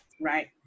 Right